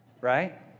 Right